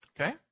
Okay